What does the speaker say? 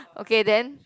okay then